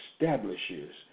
establishes